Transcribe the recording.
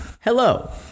hello